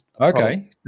okay